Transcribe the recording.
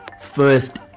first